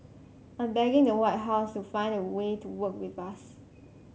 I'm begging the White House to find a way to work with us